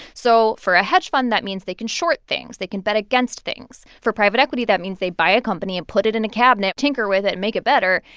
so for a hedge fund, that means they can short things they can bet against things. for private equity, that means they buy a company and put it in a cabinet, tinker with it and make it better,